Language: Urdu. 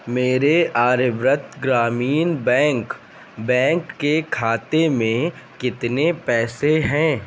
میرے Aryavart Gramin Bank bank کے کھاتے میں کتنے پیسے ہیں